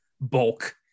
bulk